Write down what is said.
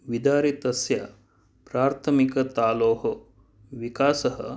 विदारितस्य प्रार्थमिकतलोः विकासः